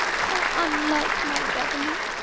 how unlike my beverley!